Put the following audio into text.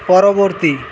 পরবর্তী